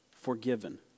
forgiven